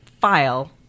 file